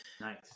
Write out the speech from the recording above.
nice